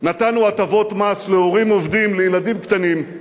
נתנו הטבות מס לעובדים הורים לילדים קטנים,